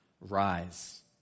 Rise